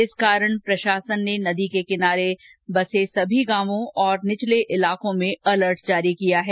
इस कारण प्रशासन ने नदी के किनारे समी गांवों और निचले इलाकों में अलर्ट जारी किया है